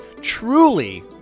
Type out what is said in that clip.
truly